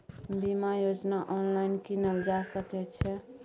बीमा योजना ऑनलाइन कीनल जा सकै छै?